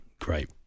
Great